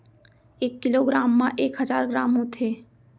एक kilogram मा एक हजार ग्राम होथे